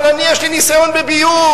אבל יש לי ניסיון בביוב.